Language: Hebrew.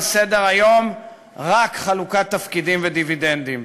סדר-היום רק חלוקת תפקידים ודיבידנדים.